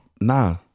nah